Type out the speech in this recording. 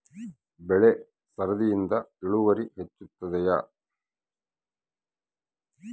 ಬೆಳೆ ಸರದಿಯಿಂದ ಇಳುವರಿ ಹೆಚ್ಚುತ್ತದೆಯೇ?